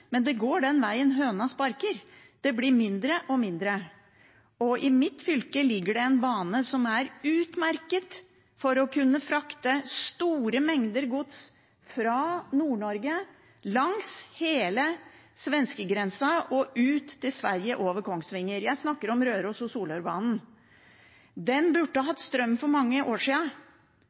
men det går den vegen høna sparker. Det blir mindre og mindre. I mitt fylke ligger det en bane som er utmerket for å kunne frakte store mengder gods fra Nord-Norge langs hele svenskegrensa og ut til Sverige over Kongsvinger. Jeg snakker om Røros- og Solørbanen. Den burde hatt strøm for mange år